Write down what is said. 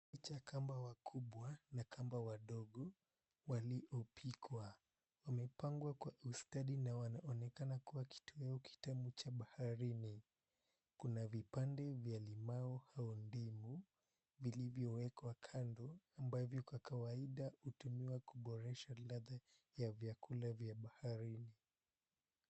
Picha ya kamba wakubwa na kamba wadogo waliopikwa. Wamepangwa kwa ustadhi na wanaonekana kuwa kitoeo kitamu cha baharini. Kuna vipande vya limau au ndimu vilivyowekwa kando ambavyo kwa kawaida hutumiwa kuboresha ladha ya vyakula vya baharini.